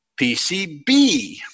PCB